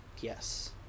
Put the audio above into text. Yes